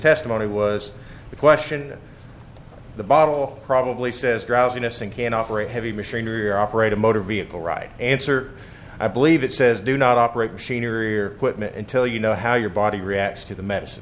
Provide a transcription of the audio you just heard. testimony was the question the bottle probably says drowsiness and can operate heavy machinery or operate a motor vehicle right answer i believe it says do not operate machinery or quit until you know how your body reacts to the medicine